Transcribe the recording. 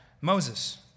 Moses